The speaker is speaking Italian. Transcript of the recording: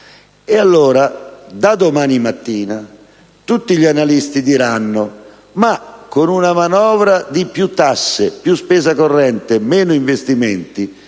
Allora, da domani mattina, tutti gli analisti si chiederanno: con una manovra di più tasse, più spesa corrente e meno investimenti,